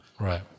Right